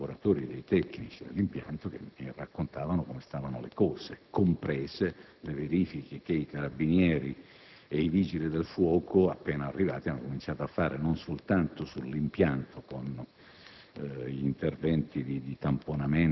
le informazioni dei lavoratori, dei tecnici dell'impianto che mi raccontavano come stavano realmente le cose, comprese le verifiche che i Carabinieri e i Vigili del fuoco, appena arrivati, avevano iniziato a fare non soltanto sull'impianto, con